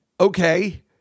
okay